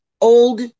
old